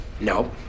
Nope